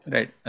Right